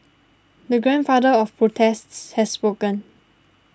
the Grandfather of protests has spoken